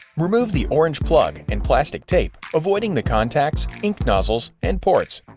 remove the orange plug and plastic tape, avoiding the contacts, ink nozzles, and ports.